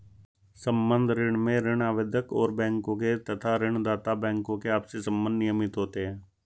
संबद्ध ऋण में ऋण आवेदक और बैंकों के तथा ऋण दाता बैंकों के आपसी संबंध नियमित होते हैं